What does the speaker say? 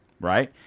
right